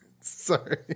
Sorry